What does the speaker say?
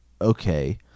okay